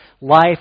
life